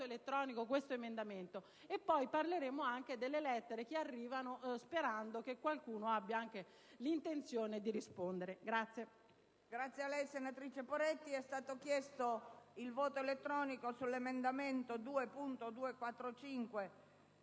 elettronico, dell'emendamento in esame, e poi parleremo anche delle lettere che arrivano, sperando che qualcuno abbia anche l'intenzione di rispondere.